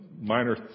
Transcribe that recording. minor